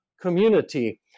community